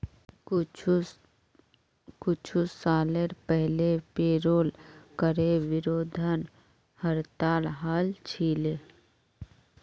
कुछू साल पहले पेरोल करे विरोधत हड़ताल हल छिले